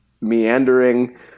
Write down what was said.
meandering